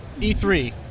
E3